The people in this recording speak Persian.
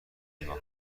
نگاه